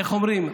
איך אומרים,